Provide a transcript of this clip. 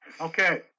Okay